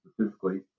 specifically